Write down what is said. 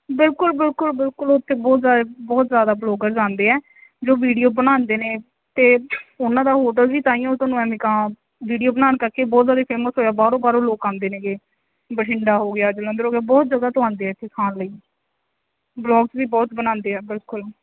ਬਿਲਕੁਲ ਬਿਲਕੁਲ ਬਿਲਕੁਲ ਉੱਥੇ ਬਹੁਤ ਜ਼ਿਆਦਾ ਬਹੁਤ ਜ਼ਿਆਦਾ ਬਲੋਗਰ ਆਉਂਦੇ ਆ ਜੋ ਵੀਡੀਓ ਬਣਾਉਂਦੇ ਨੇ ਅਤੇ ਉਹਨਾਂ ਦਾ ਹੋਟਲ ਵੀ ਤਾਂਹੀਓ ਤੁਹਾਨੂੰ ਐਵੇਂ ਕਹਾਂ ਵੀਡੀਓ ਬਣਾਉਣ ਕਰਕੇ ਬਹੁਤ ਜ਼ਿਆਦਾ ਫੇਮਸ ਹੋਇਆ ਬਾਹਰੋਂ ਬਾਹਰੋਂ ਲੋਕ ਆਉਂਦੇ ਨੇਗੇ ਬਠਿੰਡਾ ਹੋ ਗਿਆ ਜਲੰਧਰ ਹੋ ਗਿਆ ਬਹੁਤ ਜਗ੍ਹਾ ਤੋਂ ਆਉਂਦੇ ਇੱਥੇ ਖਾਣ ਲਈ ਬਲੋਗਸ ਵੀ ਬਹੁਤ ਬਣਾਉਂਦੇ ਆ ਬਿਲਕੁਲ